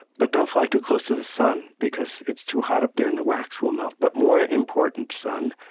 but don't fly too close to the sun because it's too hot up there and the wax will melt. but more important, son,